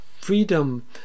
freedom